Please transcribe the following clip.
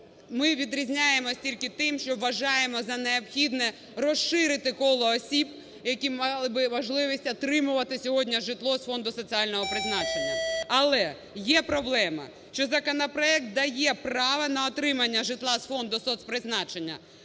Ми відрізняємося тільки тим, що вважаємо за необхідне розширити коло осіб, які мали би можливість отримувати сьогодні житло з Фонду соціального призначення. Але є проблема, що законопроект дає право на отримання житла з Фонду соцпризначення,